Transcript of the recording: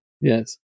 Yes